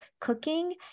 cooking